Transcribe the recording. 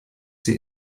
sie